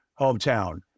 hometown